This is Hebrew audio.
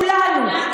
כולנו,